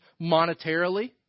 monetarily